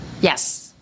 Yes